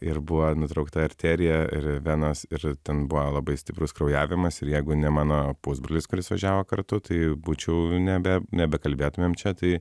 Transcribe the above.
ir buvo nutraukta arterija ir venos ir ten buvo labai stiprus kraujavimas ir jeigu ne mano pusbrolis kuris važiavo kartu tai būčiau jau nebe nebekalbėtumėm čia tai